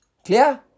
Clear